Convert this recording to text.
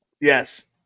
Yes